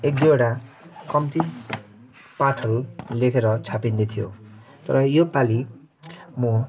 एक दुईवटा कम्ती पाठहरू लेखेर छापिँदैथ्यो तर योपालि म